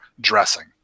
dressing